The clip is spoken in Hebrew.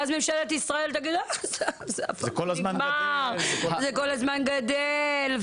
ואז ממשלת ישראל תגיד "זה כל הזמן גדל,